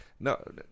No